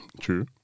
true